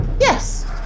Yes